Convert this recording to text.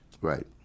Right